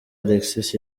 alexis